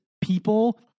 people